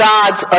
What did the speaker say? God's